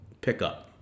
pickup